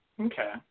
Okay